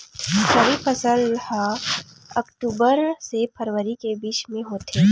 रबी फसल हा अक्टूबर से फ़रवरी के बिच में होथे